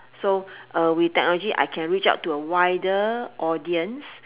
so with technology I can reach out to a wider audience